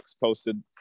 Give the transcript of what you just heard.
posted